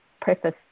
preface